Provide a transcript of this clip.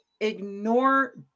ignore